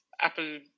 apple